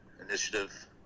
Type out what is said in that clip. initiative